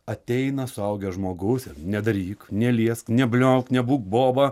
ateina suaugęs žmogus ir nedaryk neliesk nebliauk nebūk boba